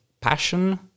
Passion